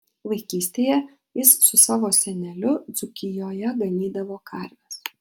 vaikystėje jis su savo seneliu dzūkijoje ganydavo karves